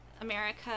America